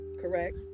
correct